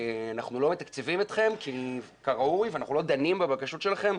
אנחנו לא מתקצבים אתכם כראוי ואנחנו לא דנים בבקשות שלכם,